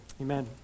amen